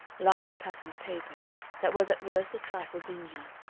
large-patterned paper that was at worst a trifle dingy,